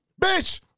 bitch